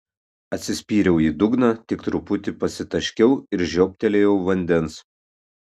atsispyriau į dugną tik truputį pasitaškiau ir žiobtelėjau vandens